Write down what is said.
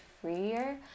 freer